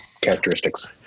characteristics